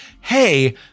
hey